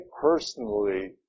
personally